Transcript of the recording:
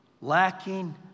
lacking